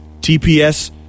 TPS